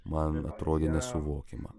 man atrodė nesuvokiama